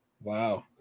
Wow